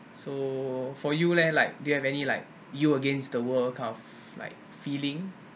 so for you leh like do you have any like you against the world kind of like feeling